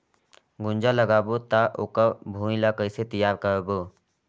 गुनजा लगाबो ता ओकर भुईं ला कइसे तियार करबो?